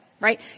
right